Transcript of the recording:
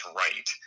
right